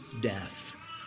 death